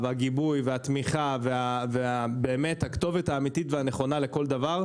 הגיבוי והתמיכה והכתובת האמיתית והנכונה לכל דבר,